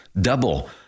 Double